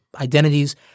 identities